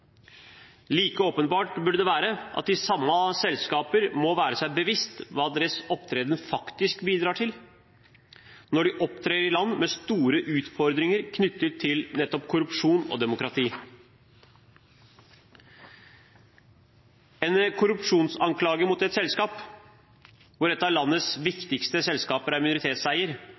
Like åpenbart burde det være at de samme selskaper må være seg bevisst hva deres opptreden faktisk bidrar til når de opptrer i land med store utfordringer knyttet til nettopp korrupsjon og demokrati. En korrupsjonsanklage mot et selskap hvor et av landets